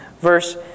Verse